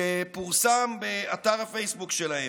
שפורסם בפייסבוק שלהם.